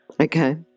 okay